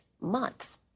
month